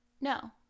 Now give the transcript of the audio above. No